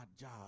job